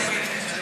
נותנים פה הוראות?